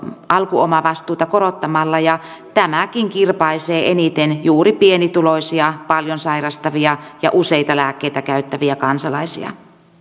alkuomavastuuta korottamalla ja tämäkin kirpaisee eniten juuri pienituloisia paljon sairastavia ja useita lääkkeitä käyttäviä kansalaisia